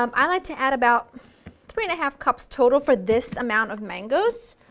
um i like to add about three and a half cups total for this amount of mangoes.